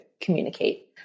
communicate